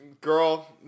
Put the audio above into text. girl